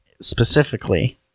specifically